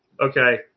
okay